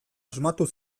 asmatu